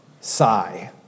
sigh